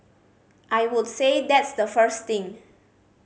I would say that's the first thing